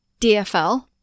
DFL